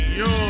yo